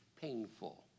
painful